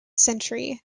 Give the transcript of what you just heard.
century